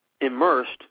immersed